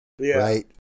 right